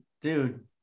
Dude